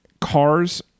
cars